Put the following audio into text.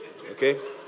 okay